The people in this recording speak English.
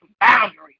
boundaries